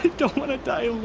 don't want to die